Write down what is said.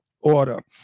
order